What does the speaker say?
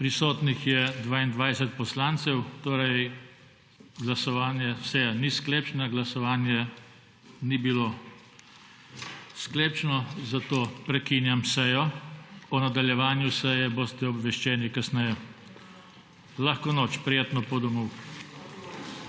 Prisotnih je 22 poslancev, torej glasovanje, seja ni sklepčna, glasovanje ni bilo sklepčno, zato prekinjam sejo. O nadaljevanju seje boste obveščeni kasneje. Lahko noč, prijetno pot domov.